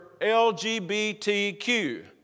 LGBTQ